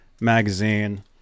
magazine